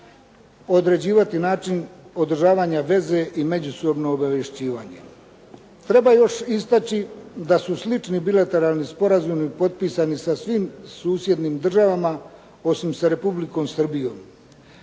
određivati način odražavanja veze i međusobno obavješćivanje. Treba još istaći da su slični bilateralni sporazumi potpisani sa svim susjednim državama osim sa Republikom Srbijom,